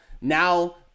Now